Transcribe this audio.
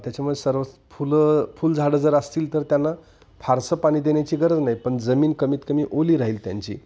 त्याच्यामुळे सर्व फुलं फुलझाडं जर असतील तर त्यांना फारसं पाणी देण्याची गरज नाही पण जमीन कमीत कमी ओली राहील त्यांची